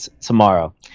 tomorrow